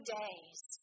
days